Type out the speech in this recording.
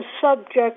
subject